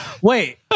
Wait